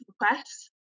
requests